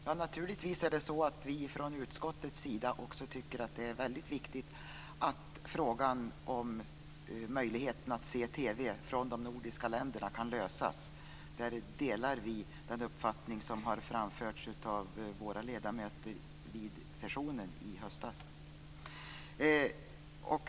Fru talman! Vi tycker naturligtvis också från utskottets sida att det är väldigt viktigt att frågan om möjligheten att se TV från de nordiska länderna kan lösas. Vi delar den uppfattning som har framförts av våra ledamöter vid sessionen i höstas.